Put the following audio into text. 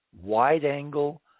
wide-angle